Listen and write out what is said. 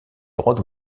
droits